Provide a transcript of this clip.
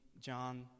John